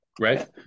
Right